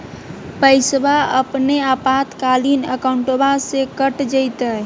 पैस्वा अपने आपातकालीन अकाउंटबा से कट जयते?